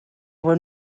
were